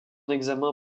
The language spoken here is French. examen